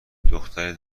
دختری